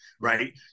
right